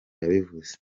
yabivuze